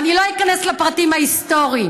ואני לא איכנס לפרטים ההיסטוריים.